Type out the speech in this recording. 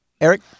Eric